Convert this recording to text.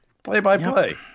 Play-by-play